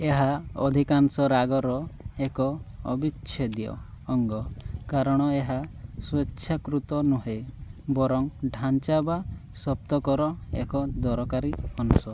ଏହା ଅଧିକାଂଶ ରାଗର ଏକ ଅବିଚ୍ଛେଦ୍ୟ ଅଙ୍ଗ କାରଣ ଏହା ସ୍ୱେଚ୍ଛାକୃତ ନୁହେଁ ବରଂ ଢାଞ୍ଚା ବା ସପ୍ତକର ଏକ ଦରକାରୀ ଅଂଶ